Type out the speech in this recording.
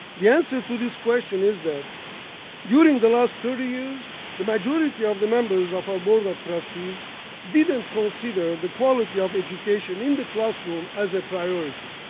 the answer to this question is that during the last thirty years, the majority of the members of the ah board of trustees didn't consider the quality of education in the classroom as a priority.